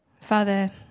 Father